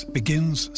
begins